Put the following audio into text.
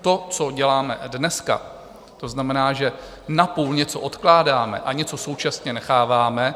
To, co děláme dneska, to znamená, že napůl něco odkládáme a něco současně necháváme.